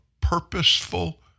purposeful